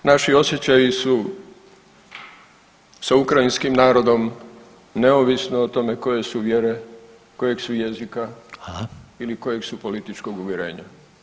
I na kraju, naši osjećaji su sa ukrajinskim narodom neovisno o tome koje su vjere, kojeg su jezika ili kojeg su političkog uvjerenja.